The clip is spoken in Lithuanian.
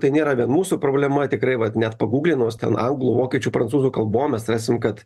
tai nėra vien mūsų problema tikrai vat net paguglinus ten anglų vokiečių prancūzų kalbom mes rasim kad